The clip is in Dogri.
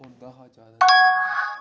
होंदा हा ज्यादा